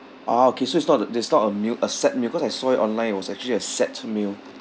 ah okay so it's not the there's not a meal a set meal cause I saw it online it was actually a set meal